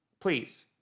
please